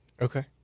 Okay